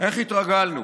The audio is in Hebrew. איך התרגלנו?